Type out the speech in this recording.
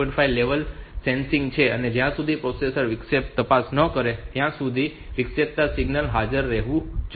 5 level sensitive છે અને જ્યાં સુધી પ્રોસેસર વિક્ષેપની તપાસ ન કરે ત્યાં સુધી વિક્ષેપિત સિગ્નલ હાજર રહેવું જોઈએ